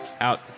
out